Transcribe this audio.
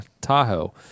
Tahoe